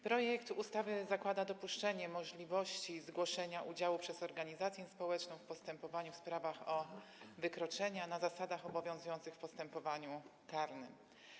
Projekt ustawy zakłada dopuszczenie możliwości zgłoszenia udziału przez organizację społeczną w postępowaniu w sprawach o wykroczenia na zasadach obowiązujących w postępowaniu karnym.